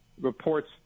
reports